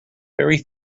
very